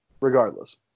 regardless